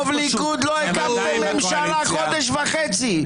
מרוב ליכוד לא הקמתם ממשלה חודש וחצי.